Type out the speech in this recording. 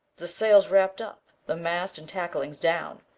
the sails wrapt up, the mast and tacklings down,